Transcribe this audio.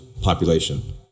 population